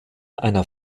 einer